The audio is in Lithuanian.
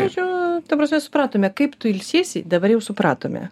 žodžiu ta prasme supratome kaip tu ilsiesi dabar jau supratome